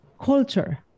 culture